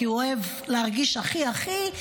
כי הוא אוהב להרגיש הכי הכי,